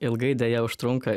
ilgai deja užtrunka